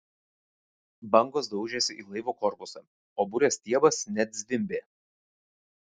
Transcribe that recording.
bangos daužėsi į laivo korpusą o burės stiebas net zvimbė